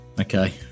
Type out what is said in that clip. Okay